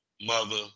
mother